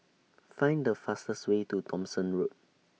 Find The fastest Way to Thomson Road